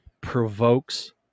provokes